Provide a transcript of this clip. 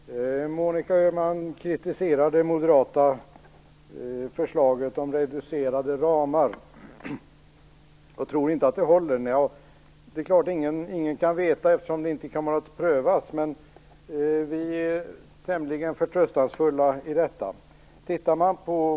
Herr talman! Monica Öhman kritiserar det moderata förslaget om reducerade ramar och tror inte att det håller. Det är klart att ingen kan veta om det håller, eftersom det inte kommer att prövas. Men vi är tämligen förtröstansfulla i detta.